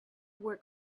work